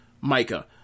Micah